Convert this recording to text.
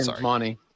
Money